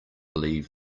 leave